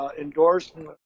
endorsement